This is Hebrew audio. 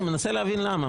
אני מנסה להבין למה,